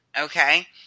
Okay